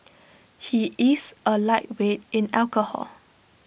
he is A lightweight in alcohol